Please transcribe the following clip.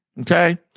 okay